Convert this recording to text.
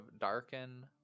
darken